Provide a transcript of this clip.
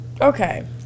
okay